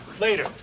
Later